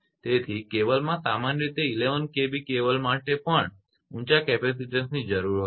તેથી કેબલમાં સામાન્ય રીતે તમારે 11 કેવી કેબલ માટે પણ ઊંચા કેપેસિટીન્સની જરૂર હોય છે